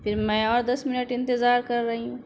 پھر میں اور دس منٹ انتظار کر رہی ہوں